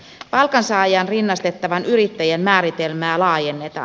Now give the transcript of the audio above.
palkansaajaan rinnastettavan yrittäjän määritelmää laajennetaan